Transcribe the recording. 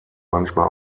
manchmal